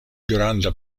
granda